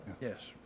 yes